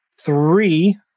three